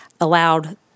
allowed